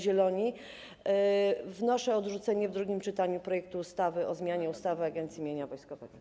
Zieloni wnoszę o odrzucenie w drugim czytaniu projektu ustawy o zmianie ustawy o Agencji Mienia Wojskowego.